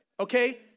Okay